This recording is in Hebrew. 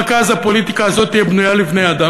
רק אז הפוליטיקה הזאת תהיה בנויה לבני-אדם,